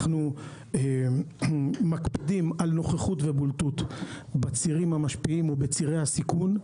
אנחנו מקפידים על נוכחות ובולטות בצירים המשפיעים ובצירי הסיכון.